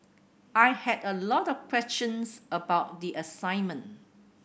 I had a lot of questions about the assignment